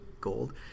gold